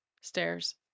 stairs